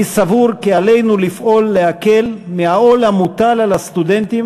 אני סבור כי עלינו לפעול להקל מהעול המוטל על הסטודנטים